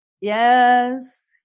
Yes